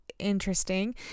Interesting